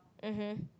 mmhmm